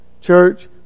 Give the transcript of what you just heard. church